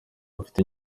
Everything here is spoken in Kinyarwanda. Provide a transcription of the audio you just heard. mfite